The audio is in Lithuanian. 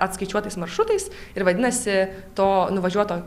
atskaičiuotais maršrutais ir vadinasi to nuvažiuoto